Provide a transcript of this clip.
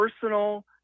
personal